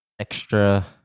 extra –